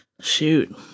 shoot